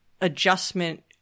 adjustment